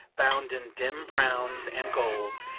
bound in dim browns and golds,